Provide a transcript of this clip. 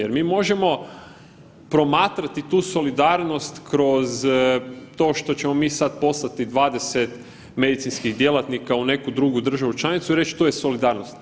Jer mi možemo promatrati tu solidarnost kroz to što ćemo mi sad poslati 20 medicinskih djelatnika u neku drugu državu članicu i reć to je solidarnost.